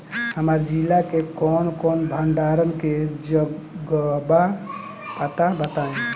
हमरा जिला मे कवन कवन भंडारन के जगहबा पता बताईं?